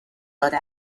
داده